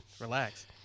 Relax